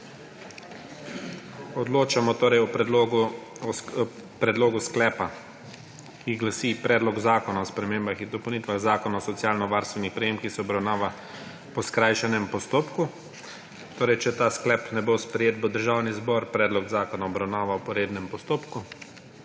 Odločamo torej o predlogu sklepa, ki glasi: Predlog zakona o spremembah in dopolnitvah Zakona o socialno varstvenih prejemkih se obravnava po skrajšanem postopku. Če ta sklep ne bo sprejet, bo Državni zbor predlog zakona obravnaval po rednem postopku.